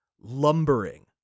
lumbering